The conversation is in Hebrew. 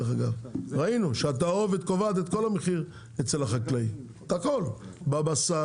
ראינו שהתערובת קובעת את כל המחיר אצל החקלאי בבשר,